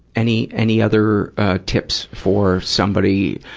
any any other tips for somebody